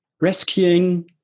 rescuing